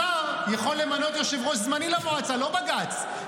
השר יכול למנות יושב-ראש זמני למועצה, לא בג"ץ.